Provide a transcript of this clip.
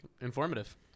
Informative